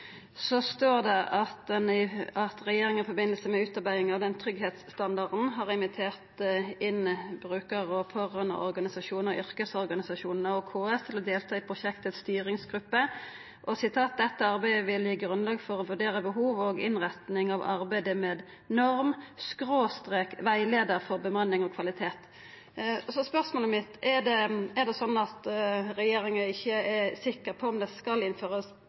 står det at regjeringa i forbindelse med utarbeiding av tryggleiksstandarden har invitert inn brukar- og pårørandeorganisasjonar, yrkesorganisasjonane og KS til å delta i prosjektets styringsgruppe. Det står òg: «Dette arbeidet vil gi grunnlag for å vurdere behov og innretning av arbeidet med norm/veileder for bemanning og kvalitet.» Så spørsmålet mitt er: Er det sånn at regjeringa ikkje er sikker på om det skal